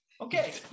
Okay